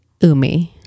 umi